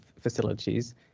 facilities